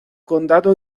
condado